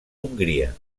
hongria